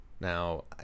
Now